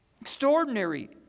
Extraordinary